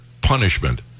punishment